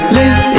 live